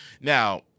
Now